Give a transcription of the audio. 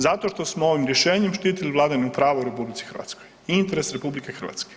Zato što smo ovim rješenjem štitili vladavinu prava u RH, interes RH.